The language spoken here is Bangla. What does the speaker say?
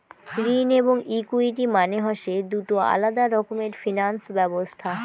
ঋণ এবং ইকুইটি মানে হসে দুটো আলাদা রকমের ফিনান্স ব্যবছস্থা